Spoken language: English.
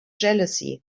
jealousy